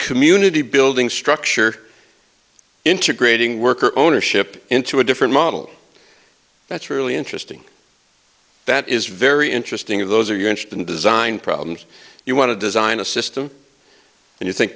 community building structure integrating worker ownership into a different model that's really interesting that is very interesting of those are you interested in design problems you want to design a system and you think